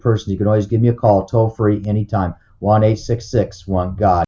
person you can always give me a call toll free anytime one eight six six one g